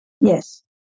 Yes